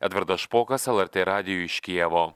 edvardas špokas lrt radijui iš kijevo